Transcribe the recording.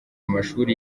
amashuri